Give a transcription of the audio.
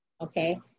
okay